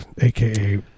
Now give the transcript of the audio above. AKA